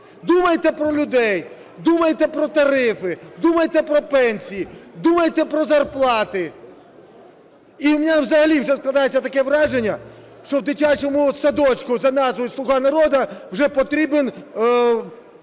Думайте про людей. Думайте про тарифи. Думайте про пенсії. Думайте про зарплати. І в мене взагалі вже складається таке враження, що в дитячому садочку за назвою "Слуга народу" вже потрібен